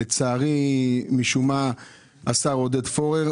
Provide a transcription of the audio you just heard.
לצערי משום מה השר עודד פורר,